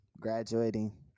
graduating